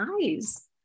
eyes